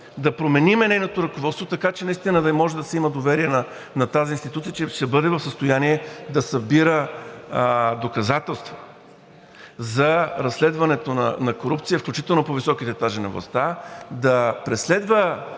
да променим нейното ръководство, така че наистина да може да се има доверие на тази институция, че ще бъде в състояние да събира доказателства за разследването на корупция, включително по високите етажи на властта, да преследва